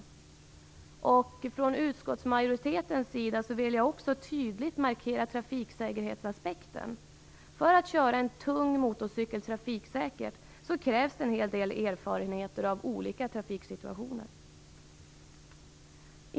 Från utskottsmajoritetens sida vill vi också tydligt markera trafiksäkerhetsaspekten. För att köra en tung motorcykel trafiksäkert krävs det en hel del erfarenheter av olika trafiksituationer.